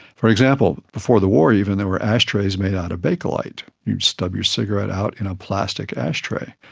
for example, before the war even there were ashtrays made out of bakelite. you'd stub your cigarette out in a plastic ashtray.